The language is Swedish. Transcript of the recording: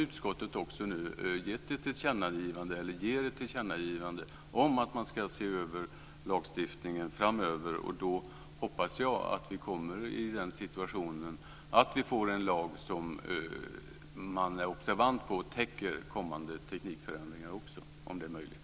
Utskottet ger nu också ett tillkännagivande om att man ska se över lagstiftningen framöver, och då hoppas jag att vi hamnar i den situationen att vi får en lag som täcker kommande teknikförändringar också om det är möjligt.